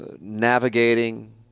navigating